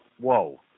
whoa